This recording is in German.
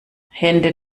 hände